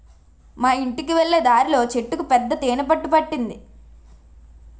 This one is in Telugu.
మా యింటికి వెళ్ళే దారిలో చెట్టుకు పెద్ద తేనె పట్టు పట్టింది